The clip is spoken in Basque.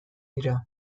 dira